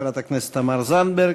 חברת הכנסת תמר זנדברג,